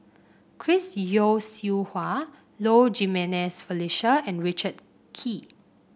Chris Yeo Siew Hua Low Jimenez Felicia and Richard Kee